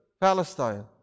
Palestine